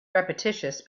repetitious